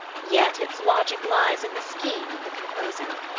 yet its logic lies in the scheme of the composer.